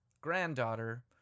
granddaughter